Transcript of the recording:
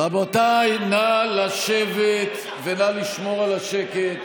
רבותיי, נא לשבת ונא לשמור על השקט.